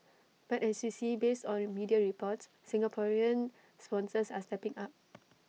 but as you see based on media reports Singaporean sponsors are stepping up